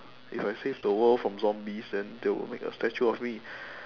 if I save the world from zombies then they will make a statue of me